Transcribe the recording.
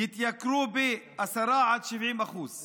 יתייקרו ב-10% עד 70%;